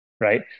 right